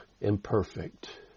Imperfect